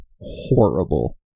horrible